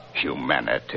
Humanity